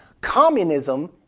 Communism